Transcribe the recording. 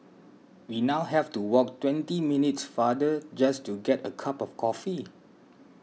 we now have to walk twenty minutes farther just to get a cup of coffee